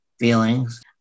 Feelings